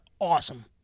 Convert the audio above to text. awesome